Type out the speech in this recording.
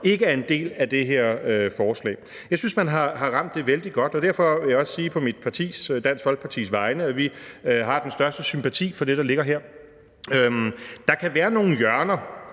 ikke er en del af det her forslag. Jeg synes, man har ramt det vældig godt, og derfor vil jeg også sige på mit parti, Dansk Folkepartis, vegne, at vi har den største sympati for det, der ligger her. Der kan være nogle hjørner,